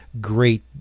great